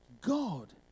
God